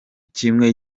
kimwe